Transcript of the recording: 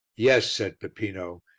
yes, said peppino,